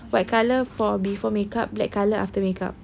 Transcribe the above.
white colour for before makeup black colour after makeup